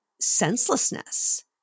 senselessness